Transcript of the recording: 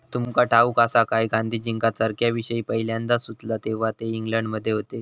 तुमका ठाऊक आसा काय, गांधीजींका चरख्याविषयी पयल्यांदा सुचला तेव्हा ते इंग्लंडमध्ये होते